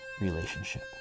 relationship